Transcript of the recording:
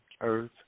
earth